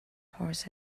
horse